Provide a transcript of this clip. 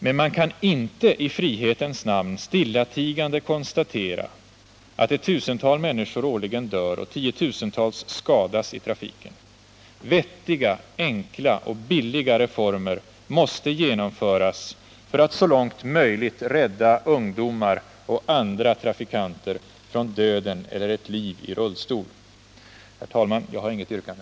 Men man kan inte i frihetens namn stillatigande konstatera att ett tusental människor årligen dör och tiotusentals skadas i trafiken. Vettiga, enkla och billiga reformer måste genomföras för att så långt möjligt rädda ungdomar och andra trafikanter från döden eller ett liv i rullstol.” Herr talman! Jag har inget yrkande.